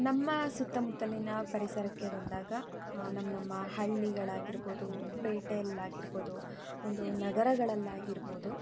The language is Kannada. ನಮ್ಮ ಸುತ್ತಮುತ್ತಲಿನ ಪರಿಸರಕ್ಕೆ ಬಂದಾಗ ನಮ್ಮ ನಮ್ಮ ಹಳ್ಳಿಗಳಾಗಿರ್ಬೋದು ಪೇಟೆಯಲ್ಲಾಗಿರ್ಬೋದು ಒಂದು ನಗರಗಳಲ್ಲಾಗಿರ್ಬೋದು